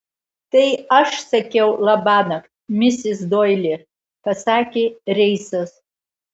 tai aš sakiau labanakt misis doili pasakė reisas